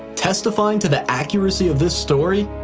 testifying to the accuracy of this story?